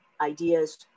ideas